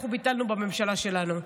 אנחנו ביטלנו בממשלה שלנו.